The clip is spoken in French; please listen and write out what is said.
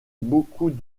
beaucoup